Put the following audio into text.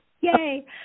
yay